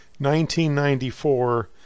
1994